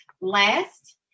last